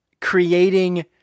creating